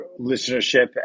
listenership